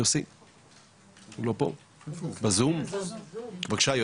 איתנו בזום, בבקשה.